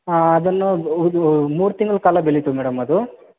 ಹಾಂ ಅದನ್ನು ಇದು ಮೂರು ತಿಂಗ್ಳ ಕಾಲ ಬೆಳಿತೀವ್ ಮೇಡಮ್ ಅದು